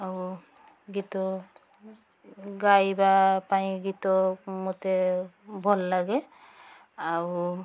ଆଉ ଗୀତ ଗାଇବାପାଇଁ ଗୀତ ମୋତେ ଭଲଲାଗେ ଆଉ